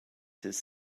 his